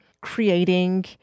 creating